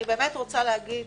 אני רוצה להגיד